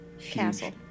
castle